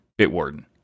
Bitwarden